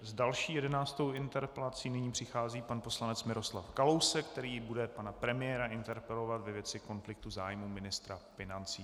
S další, jedenáctou interpelací nyní přichází pan poslanec Miroslav Kalousek, který bude pana premiéra interpelovat ve věci konfliktu zájmů ministra financí.